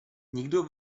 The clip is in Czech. nikdo